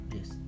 Yes